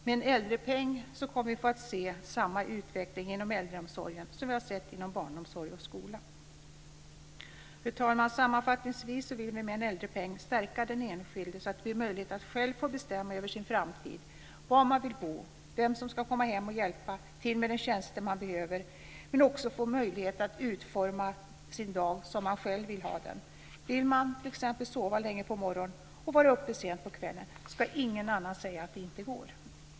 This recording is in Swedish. Med en äldrepeng kommer vi att få se samma utveckling inom äldreomsorgen som vi har sett inom barnomsorgen och skolan. Fru talman! Sammanfattningsvis vill vi med en äldrepeng stärka den enskilde så att det blir möjligt att själv få bestämma över sin framtid, var man vill bo och vem som ska komma hem och hjälpa till med de tjänster som man behöver. Men man ska också få möjlighet att utforma sin dag som man själv vill ha den. Vill man t.ex. sova länge på morgonen och vara uppe sent på kvällen ska ingen annan säga att det inte går.